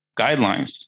guidelines